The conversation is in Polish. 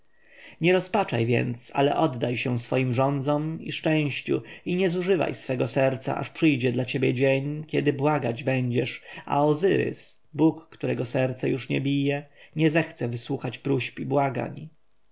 nie rozpaczaj więc ale oddaj się swoim żądzom i szczęściu i nie zużywaj twego serca aż przyjdzie dla ciebie dzień kiedy błagać będziesz a ozyrys bóg którego serce już nie bije nie zechce wysłuchać próśb i błagań